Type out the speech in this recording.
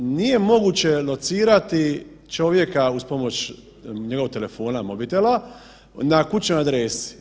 Nije moguće locirati čovjeka uz pomoć njegovog telefona, mobitela na kućnoj adresi.